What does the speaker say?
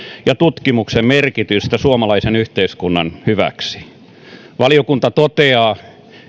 ja tutkimuksen merkitystä suomalaisen yhteiskunnan hyväksi valiokunta toteaa